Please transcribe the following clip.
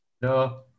No